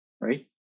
right